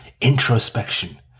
Introspection